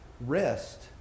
rest